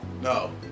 No